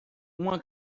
uma